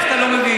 איך אתה לא מבין?